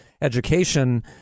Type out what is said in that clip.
education